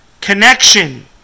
connection